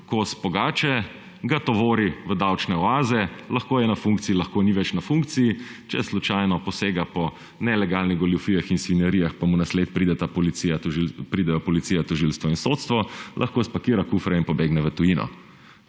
kos pogače, ga tovori v davčne oaze, lahko je na funkciji, lahko ni več na funkciji, če slučajno posega po nelegalnih goljufijah in svinjarijah in mu na sled pridejo policija, tožilstvo in sodstvo, lahko spakira kufre in pobegne v tujino.